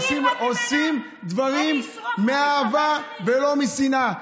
עושים דברים מאהבה ולא משנאה.